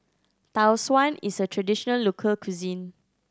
Tau Suan is a traditional local cuisine